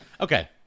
Okay